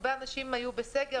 הרבה אנשים היו בסגר.